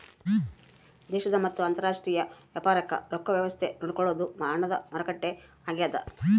ದೇಶದ ಮತ್ತ ಅಂತರಾಷ್ಟ್ರೀಯ ವ್ಯಾಪಾರಕ್ ರೊಕ್ಕ ವ್ಯವಸ್ತೆ ನೋಡ್ಕೊಳೊದು ಹಣದ ಮಾರುಕಟ್ಟೆ ಆಗ್ಯಾದ